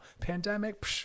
Pandemic